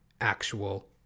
actual